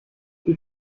die